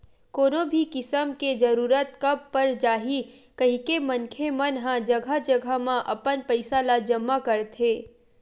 कोनो भी किसम के जरूरत कब पर जाही कहिके मनखे मन ह जघा जघा म अपन पइसा ल जमा करथे